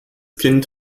kind